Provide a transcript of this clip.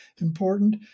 important